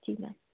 जी ma'am